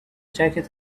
jacket